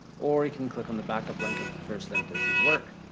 or you can click on the backup link if the first link doesn't work.